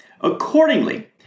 Accordingly